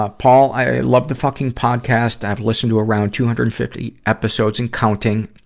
ah paul, i love the fucking podcast. i have listened to around two hundred and fifty episodes and counting.